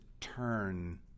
turn